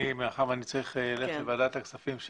אני צריך ללכת לוועדת הכספים,